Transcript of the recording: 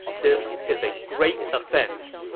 this is a great offense!